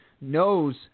knows